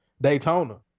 Daytona